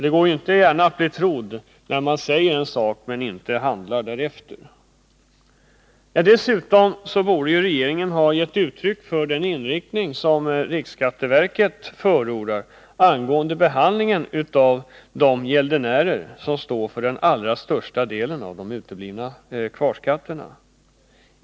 Det går inte gärna att bli trodd när man säger en sak men inte handlar därefter. Dessutom borde regeringen ha gett uttryck för den inriktning som riksskatteverket förordar angående behandlingen av de gäldenärer som står för den allra största delen av de uteblivna kvarskatterna.